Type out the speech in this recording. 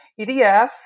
EDF